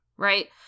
Right